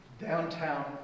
downtown